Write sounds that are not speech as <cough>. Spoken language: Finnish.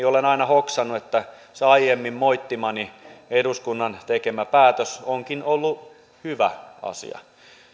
<unintelligible> olen aina hoksannut että se aiemmin moittimani eduskunnan tekemä päätös onkin ollut hyvä asia